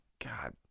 God